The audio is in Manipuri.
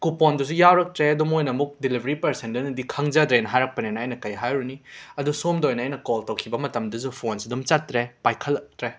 ꯀꯨꯄꯣꯟꯗꯨꯁꯨ ꯌꯥꯎꯔꯛꯇ꯭ꯔꯦ ꯑꯗꯣ ꯃꯣꯏꯅ ꯑꯃꯨꯛ ꯗꯦꯂꯤꯕꯔꯤ ꯄꯔꯁꯟꯗꯨꯅꯒꯤ ꯈꯪꯖꯗ꯭ꯔꯦꯅ ꯍꯥꯏꯔꯛꯄꯅꯤꯅ ꯑꯩꯅ ꯀꯩ ꯍꯥꯏꯔꯨꯅꯤ ꯑꯗꯣ ꯁꯣꯝꯗ ꯑꯣꯏꯅ ꯑꯩꯅ ꯀꯣꯜ ꯇꯧꯈꯤꯕ ꯃꯇꯝꯗꯁꯨ ꯐꯣꯟꯁꯤ ꯑꯗꯨꯝ ꯆꯠꯇ꯭ꯔꯦ ꯄꯥꯏꯈꯠꯂꯛꯇ꯭ꯔꯦ